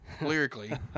lyrically